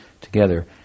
together